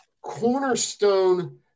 cornerstone